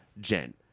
Jen